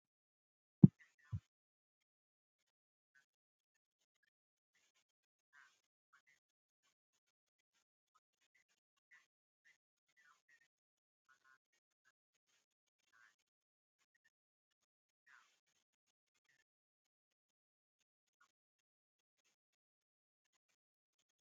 Idirishya cyangwa urugi rwanditseho OR11, bishobora kuba bivuze ibiranga icyumba ndetse nibikorerwa muri icyo cyumba. Idirishya rifunze rifite ibirahuri binini bireba hanze, bigaragaza ibiti n’ubusitani. Iri zina riri hejuru y’umuryango uri ku idirishya rishobora kugaragaza icyumba runaka mu nyubako nko mu ishuri, ibitaro, cyangwa ku biro.